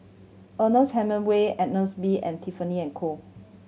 Ernest Hemingway Agnes B and Tiffany and Co